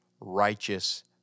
righteous